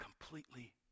completely